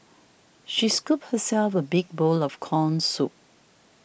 she scooped herself a big bowl of Corn Soup